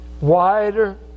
wider